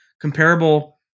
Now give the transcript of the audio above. comparable